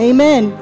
Amen